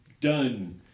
done